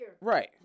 Right